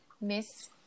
Miss